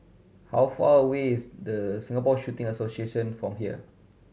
how far away is Singapore Shooting Association from here